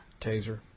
Taser